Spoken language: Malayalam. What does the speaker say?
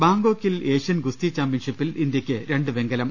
ബാങ്കോക്കിൽ ഏഷ്യൻ ഗുസ്തി ചാമ്പ്യൻഷിപ്പിൽ ഇന്ത്യക്ക് രണ്ട് വെങ്കലം